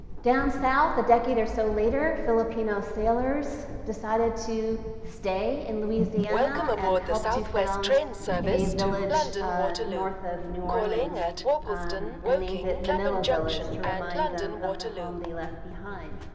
down south, a decade or so later, filipino sailors decided to stay in louisiana and helped to found a village north of new orleans and named it manila village to remind them of the home they left behind.